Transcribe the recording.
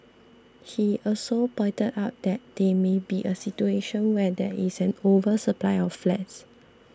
he also pointed out that there may be a situation where there is an oversupply of flats